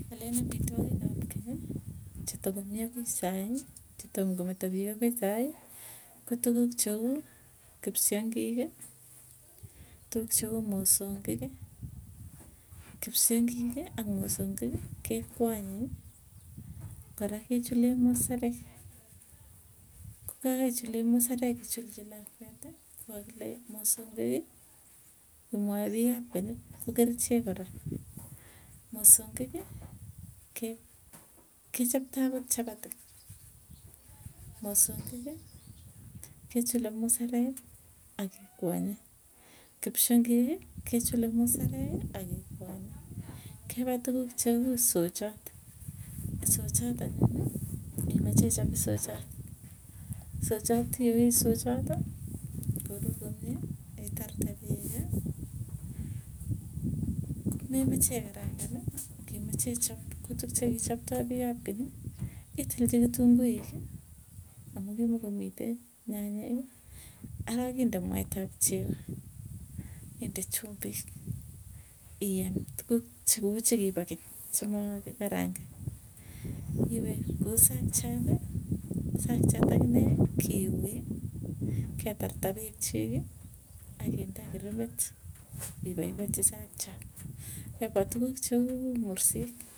Alen amitwogik ap keny chetokomii akoi sai chetomkometa piik akoi sai, ko tukuuk cheu kipsyngiki, tukuuk cheu mosongiki, kipsongiiki ak mosongiki kekwanye, kora kechulee musarek, ko ka kaichulee muserek ichulchi lakweeti, ko kakile mosongiki kimwae piik ab keny ko kerichek kora, mosongiki ke kechoptoi akot chapati, mosongiki kechule musarek akekwanye. Kipsyongiiki kechule musarek ake kwanye, kepa tukuk cheu sochot. Isochat anyuni, imache icham isochot sochat ioi sochoti, kurur komie itarte peeki, komemeche ikarangani akimeche ichop kotuk che kichoptoi piik ap keny, itilchi kitunguiki, amuu kimokomitei nyanyeki arok inde mwaita ak chego. Inde chumbik iin tukuk chekipo keny chemakikarangan. Kokiwe kuu sakchaati sakchaat akine kioi ketarta peek chiiki akinde kirimit ipaipachi sakchat. Kepwa tukuk cheu mursik.